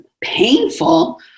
painful